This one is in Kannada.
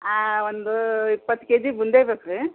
ಹಾಂ ಒಂದು ಇಪ್ಪತ್ತು ಕೆಜಿ ಬೂಂದಿ ಬೇಕು ರಿ